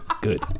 good